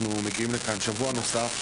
אנחנו מגיעים לכאן שבוע נוסף,